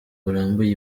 burambuye